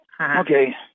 Okay